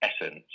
essence